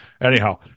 anyhow